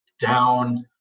down